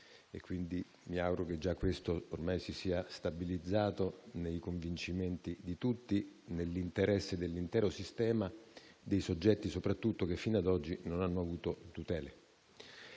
quindi mi auguro che ormai questo si sia già stabilizzato nei convincimenti di tutti, nell'interesse dell'intero sistema e soprattutto dei soggetti che fino ad oggi non hanno avuto tutele.